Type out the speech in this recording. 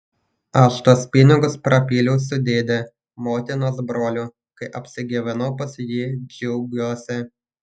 aš tuos pinigus prapyliau su dėde motinos broliu kai apsigyvenau pas jį džiuguose